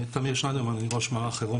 אני ראש מערך חירום,